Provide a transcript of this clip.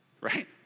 right